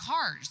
cars